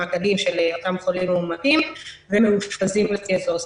המעגלים של אותם חולים מאומתים ומאושפזים לפי אזור סטטיסטי.